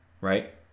right